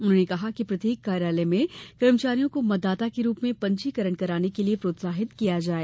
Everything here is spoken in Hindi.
उन्होंने कहा कि प्रत्येक कार्यालय में कर्मचारियों को मतदाता के रूप में पंजीकरण कराने के लिये प्रोत्साहित किया जाये